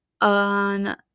on